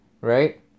right